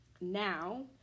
now